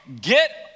get